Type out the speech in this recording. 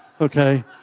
okay